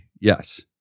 Yes